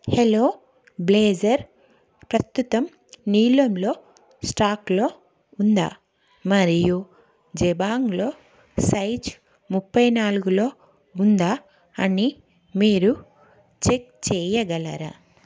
hello blazer ప్రస్తుతం నీలంలో స్టాక్లో ఉందా మరియు జబాంగ్లో సైజ్ ముప్పై నాలుగులో ఉందా అని మీరు చెక్ చేయగలరా